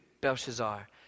Belshazzar